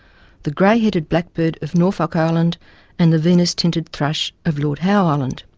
the grey-headed blackbird of norfolk island and the vinous-tinted thrush of lord howe island.